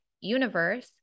universe